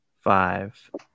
five